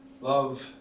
love